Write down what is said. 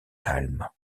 calme